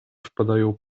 wpadają